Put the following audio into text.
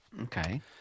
Okay